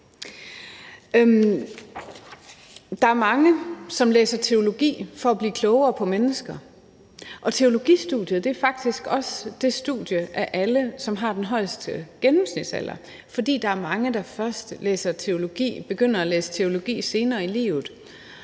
Der er mange, som læser teologi for at blive klogere på mennesker, og teologistudiet er faktisk også det studie, som har den højeste gennemsnitsalder, fordi der er mange, der først begynder at læse teologi senere i livet